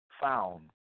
found